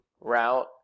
route